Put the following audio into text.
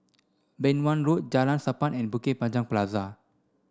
Beng Wan Road Jalan Sappan and Bukit Panjang Plaza